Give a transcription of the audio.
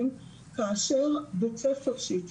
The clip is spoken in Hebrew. שמעתם שכבר השנה הזאת המכרז לא הוצא.